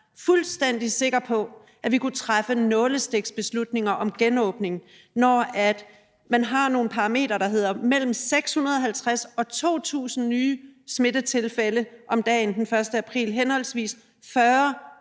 fuldstændig sikker på, at vi kunne træffe nålestiksbeslutninger om genåbning, når man har nogle parametre, der siger, at der vil være mellem 650 og 2.000 nye smittetilfælde om dagen med henholdsvis 40